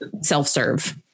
self-serve